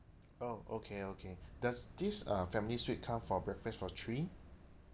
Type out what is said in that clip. oh okay okay does this uh family suite come for breakfast for three